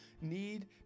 need